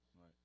Right